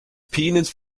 peanuts